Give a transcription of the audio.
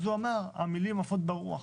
אז הוא אמר המילים עפות ברוח.